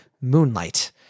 Moonlight